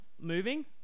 moving